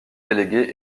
délégué